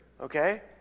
okay